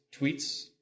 tweets